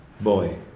boy